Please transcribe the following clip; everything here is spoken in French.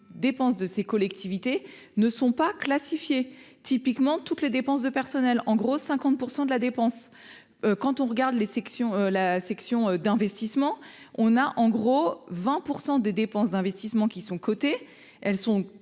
dépenses de ces collectivités ne sont pas classifiées typiquement toutes les dépenses de personnel en gros 50 % de la dépense quand on regarde les sections la section d'investissement, on a en gros 20 % des dépenses d'investissement qui sont cotées, elles sont